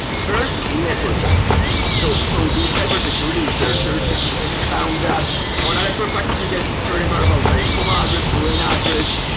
first, network packets. so the so the cyber security researchers found that on a network package you get certain variables, like home address, foreign address.